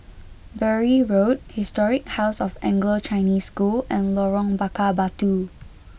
Bury Road Historic House of Anglo Chinese School and Lorong Bakar Batu